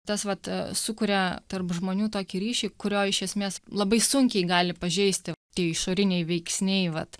tas vat sukuria tarp žmonių tokį ryšį kurio iš esmės labai sunkiai gali pažeisti tie išoriniai veiksniai vat